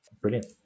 brilliant